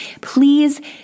Please